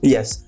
Yes